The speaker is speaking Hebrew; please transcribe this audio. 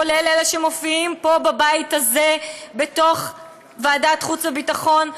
כולל אלה שמופיעים פה בבית הזה בוועדת חוץ וביטחון,